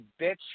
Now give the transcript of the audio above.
bitch